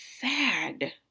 sad